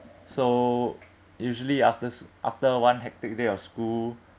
so usually after s~ after one hectic day of school